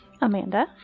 Amanda